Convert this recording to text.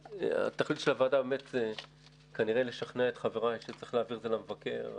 התכלית של הוועדה באמת לשכנע את חבריי שצריך להעביר את זה למבקר,